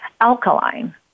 alkaline